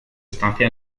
estancia